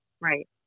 Right